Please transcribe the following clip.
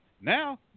Now